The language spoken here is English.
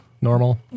normal